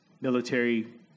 military